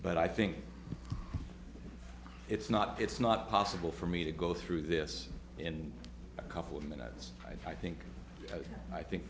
but i think it's not it's not possible for me to go through this in a couple of minutes i think i think